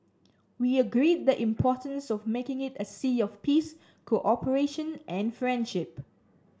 we agreed the importance of making it a sea of peace cooperation and friendship